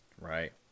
Right